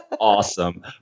awesome